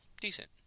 Decent